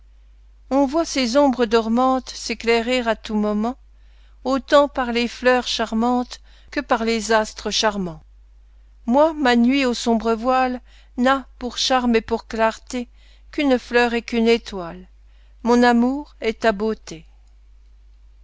on voit ses ombres dormantes s'éclairer à tous moments autant par les fleurs charmantes que par les astres charmants moi ma nuit au sombre voile n'a pour charme et pour clarté qu'une fleur et qu'une étoile mon amour et ta beauté